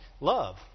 Love